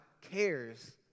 cares